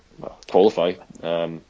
qualify